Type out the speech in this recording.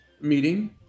meeting